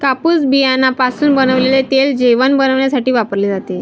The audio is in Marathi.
कापूस बियाण्यापासून बनवलेले तेल जेवण बनविण्यासाठी वापरले जाते